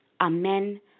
Amen